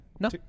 No